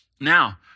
Now